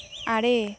ᱟᱲᱮ